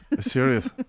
Serious